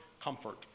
comfort